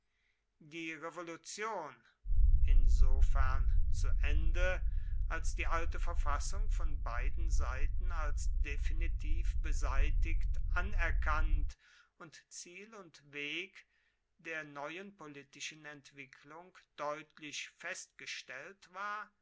die revolution insofern zu ende als die alte verfassung von beiden seiten als definitiv beseitigt anerkannt und ziel und weg der neuen politischen entwicklung deutlich festgestellt war